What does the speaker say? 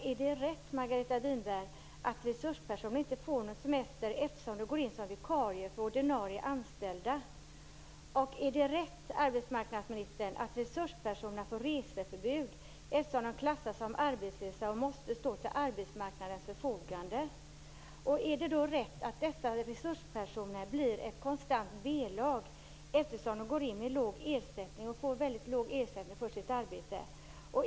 Är det rätt, Margareta Winberg, att resurspersonen inte får någon semester eftersom man går in som vikarie för ordinarie anställda? Är det rätt, arbetsmarknadsministern, att resurspersonerna får reseförbud, eftersom de klassas som arbetslösa och måste stå till arbetsmarknadens förfogande? Och är det då rätt att dessa resurspersoner blir ett konstant b-lag eftersom de går in med låg ersättning, eftersom de får väldigt låg ersättning för sitt arbete?